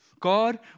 God